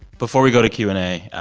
before we go to q and a,